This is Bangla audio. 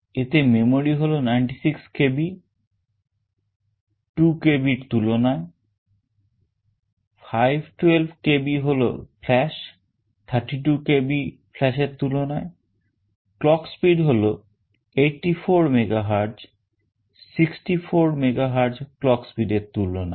এতে মেমোরি হল 96 KB 2 KBএর তুলনায় 512 KB হল flash 32 KB flash এর তুলনায় clock speed হল 84 megahertz 16 megahertz clock speed এর তুলনায়